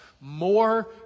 more